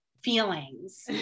feelings